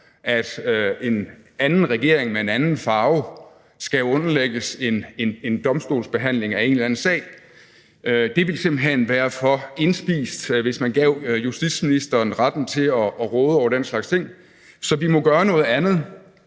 at en anden regering med en anden farve skal underlægges en domstolsbehandling af en eller anden sag. Det ville simpelt hen være for indspist, hvis man gav justitsministeren retten til at råde over den slags ting – så vi må gøre noget andet.